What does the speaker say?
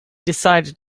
decided